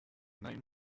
names